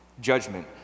judgment